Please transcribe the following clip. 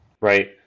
Right